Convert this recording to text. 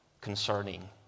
concerning